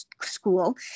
school